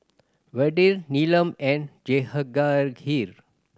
Vedre Neelam and